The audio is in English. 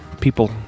people